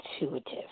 intuitive